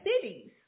cities